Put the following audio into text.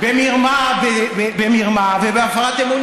אני יוצאת.